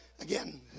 again